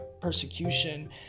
persecution